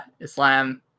Islam